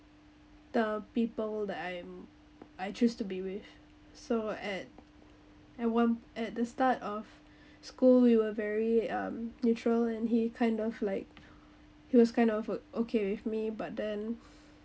the people that I am I choose to be with so at at one at the start of school we were very um neutral and he kind of like he was kind of okay with me but then